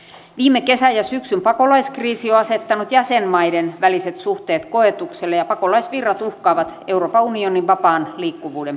viime kesän ja syksyn pakolaiskriisi on asettanut jäsenmaiden väliset suhteet koetukselle ja pakolaisvirrat uhkaavat euroopan unionin vapaan liikkuvuuden periaatetta